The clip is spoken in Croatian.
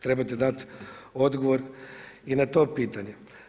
Trebate dati odgovor i na to pitanje.